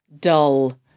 dull